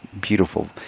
beautiful